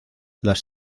las